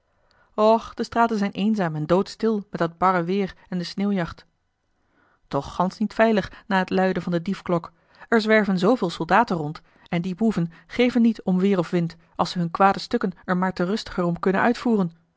och de straten zijn eenzaam en doodstil met dat barre weêr en de sneeuwjacht toch gansch niet veilig na het luiden van de diefklok er zwerven zooveel soldaten rond en die boeven geven niet om weêr of wind als ze hun kwade stukken er maar te rustiger om kunnen uitvoeren